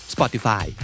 Spotify